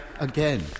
again